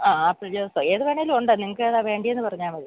ആ apple juice ഏത് വേണമെങ്കിലുമുണ്ട് നിങ്ങള്ക്കേതാണ് വേണ്ടതെന്ന് പറഞ്ഞാല് മതി